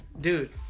dude